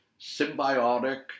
symbiotic